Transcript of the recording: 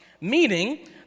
meaning